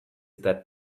that